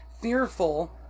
fearful